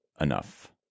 enough